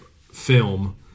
film